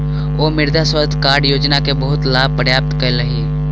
ओ मृदा स्वास्थ्य कार्ड योजना के बहुत लाभ प्राप्त कयलह्नि